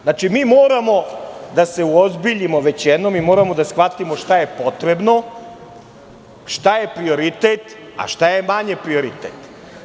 Znači, mi moramo da se uozbiljimo i da shvatimo šta je potrebno, šta je prioritet, a šta je manji prioritet.